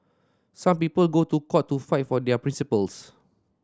some people go to court to fight for their principles